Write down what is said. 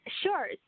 sure